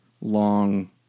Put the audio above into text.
long